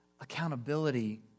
accountability